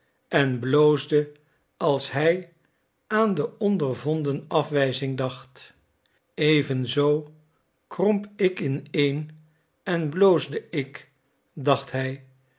en bloosde als hij aan de ondervonden afwijzing dacht evenzoo kromp ik ineen en bloosde ik dacht hij